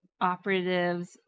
operatives